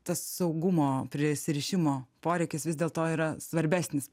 tas saugumo prisirišimo poreikis vis dėlto yra svarbesnis